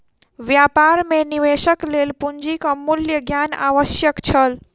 व्यापार मे निवेशक लेल पूंजीक मूल्य ज्ञान आवश्यक छल